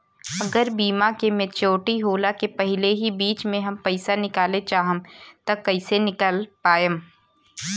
अगर बीमा के मेचूरिटि होला के पहिले ही बीच मे हम पईसा निकाले चाहेम त कइसे निकाल पायेम?